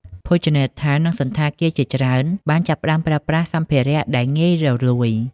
ភោជនីយដ្ឋាន និងសណ្ឋាគារជាច្រើនបានចាប់ផ្តើមប្រើប្រាស់សម្ភារៈដែលងាយរលួយ។